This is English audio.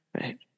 right